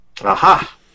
Aha